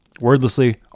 Wordlessly